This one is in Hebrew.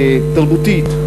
תרבותית,